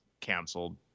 canceled